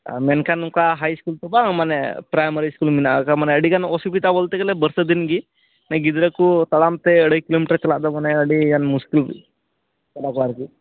ᱢᱮᱱᱠᱷᱟᱱ ᱚᱱᱠᱟ ᱦᱟᱭ ᱤᱥᱠᱩᱞ ᱛᱚ ᱵᱟᱝ ᱢᱟᱱᱮ ᱯᱮᱨᱟᱭᱢᱟᱨᱤ ᱤᱥᱠᱩᱞ ᱢᱮᱱᱟᱜ ᱟᱠᱟᱜᱼᱟ ᱢᱟᱱᱮ ᱟᱹᱰᱤ ᱜᱟᱱ ᱚᱥᱩᱵᱤᱛᱟ ᱵᱚᱞᱛᱮ ᱜᱮᱞᱮ ᱵᱟᱹᱨᱥᱟᱹ ᱫᱤᱱ ᱜᱮ ᱜᱤᱫᱽᱨᱟᱹ ᱠᱚ ᱛᱟᱲᱟᱢ ᱛᱮ ᱟᱹᱲᱟᱹᱭ ᱠᱤᱞᱳᱢᱤᱴᱟᱨ ᱪᱟᱞᱟᱜ ᱫᱚ ᱢᱟᱱᱮ ᱟᱹᱰᱤ ᱜᱟᱱ ᱢᱩᱥᱠᱤᱞ ᱠᱟᱱᱟ ᱠᱚ ᱟᱨᱠᱤ